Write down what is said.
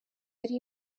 ari